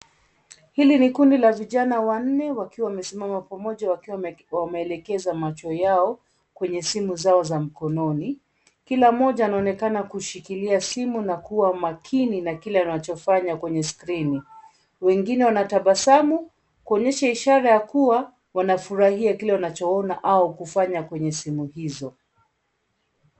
Hili ni kundi la vijana wanne wakiwa wamesimama pamoja, wakiwa wameelekeza macho yao kwenye simu zao za mkononi. Kila mmoja anaonekana kushikilia simu na kuwa makini na kile anachofanya kwenye skrini. Wengine wanatabasamu kuonyesha ishara ya kuwa, wanafurahia kile wanachoona au kufanya kwenye simu hizo.